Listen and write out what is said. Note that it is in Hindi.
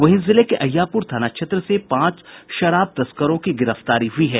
वहीं जिले के अहियापुर थाना क्षेत्र से पांच शराब तस्करों की गिरफ्तारी हुई है